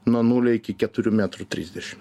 nuo nulio iki keturių metrų trisdešim